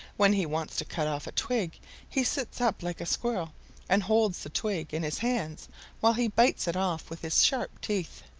when he wants to cut off a twig he sits up like a squirrel and holds the twig in his hands while he bites it off with his sharp teeth.